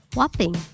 Whopping